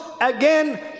again